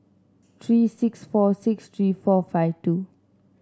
three six four six three four five two